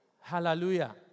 Hallelujah